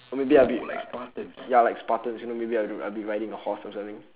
or maybe I'll be ya like spartans you know maybe I'll be I will be riding a horse or something